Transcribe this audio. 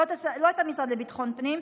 לא את המשרד לביטחון פנים,